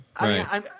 right